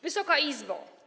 Wysoka Izbo!